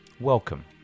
Welcome